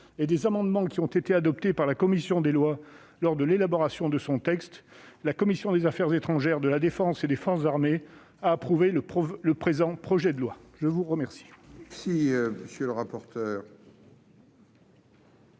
et des amendements qui ont été adoptés par la commission des lois lors de l'élaboration de son texte, la commission des affaires étrangères, de la défense et des forces armées a approuvé le présent projet de loi. La parole est à M. le rapporteur